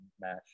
match